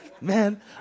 Man